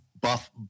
buff